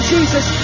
Jesus